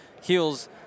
heals